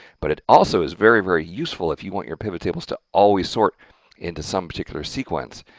but it also is very, very useful if you want your pivot tables to always sort into some particular sequence.